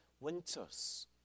winters